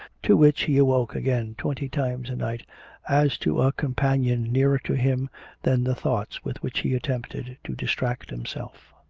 to which he awoke again twenty times a night as to a companion nearer to him than the thoughts with which he attempted to distract himself.